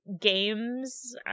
games